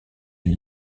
elle